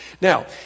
Now